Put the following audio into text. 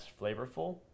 flavorful